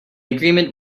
agreement